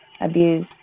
abuse